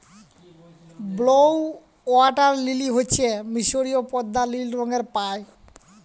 blue water lily হচ্যে মিসরীয় পদ্দা লিল রঙের পায়